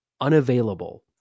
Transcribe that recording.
unavailable